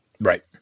Right